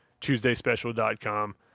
TuesdaySpecial.com